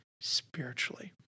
spiritually